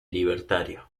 libertario